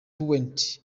point